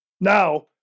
Now